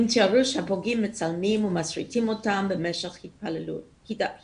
הם תיארו שהפוגעים מצלמים ומסריטים אותם במשך ההתעללות.